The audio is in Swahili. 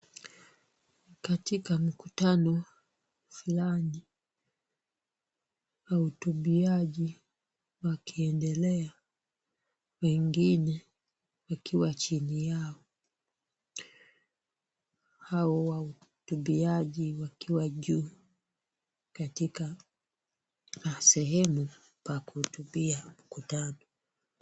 Katika mkutano fulani wahutubiaji wakiendelea, wengine wakiwa chini yao, hao wahutubiaji wakiwa juu katika sehemu ya kuhutubia mkutano.